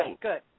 good